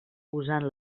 usant